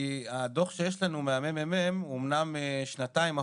הדו"ח שיש לנו מהממ"מ אומנם שנתיים אחורה,